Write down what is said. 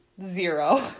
Zero